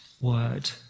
word